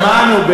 שמענו,